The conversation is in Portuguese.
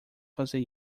fazer